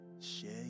share